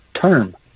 term